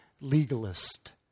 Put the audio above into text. legalist